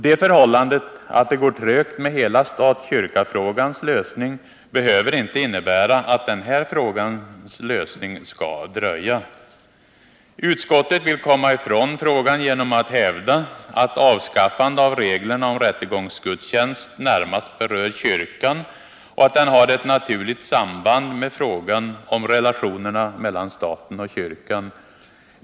Det förhållandet att det går trögt med hela stat-kyrka-frågans lösning behöver inte innebära att den här frågans lösning skall dröja. Utskottet vill komma från frågan genom att hävda att avskaffande av reglerna om rättegångsgudstjänst närmast berör kyrkan och att den har ett naturligt samband med frågan om relationerna mellan staten och kyrkan.